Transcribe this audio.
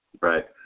Right